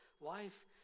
life